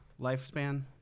lifespan